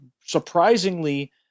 surprisingly